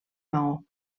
maó